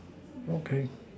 okay